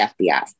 FBI